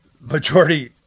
Majority